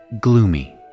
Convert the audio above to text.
gloomy